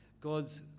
God's